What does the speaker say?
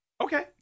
Okay